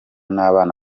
n’abana